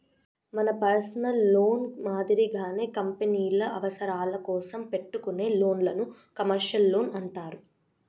మన personal loan మాదిరిగానే కంపెనీల అవసరాల కోసం పెట్టుకునే లోన్లను కమర్షియల్ లోన్లు అంటారు